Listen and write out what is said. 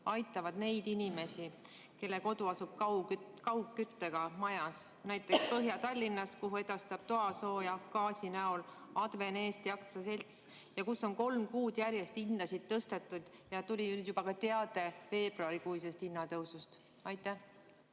aitavad neid inimesi, kelle kodu asub kaugküttega majas, näiteks Põhja-Tallinnas, kuhu edastab toasooja gaasi abil Adven Eesti AS ja kus on kolm kuud järjest hinda tõstetud ja nüüd tuli juba ka teade veebruarikuise hinnatõusu kohta.